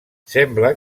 sembla